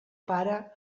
pare